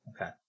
Okay